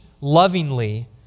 lovingly